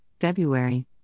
February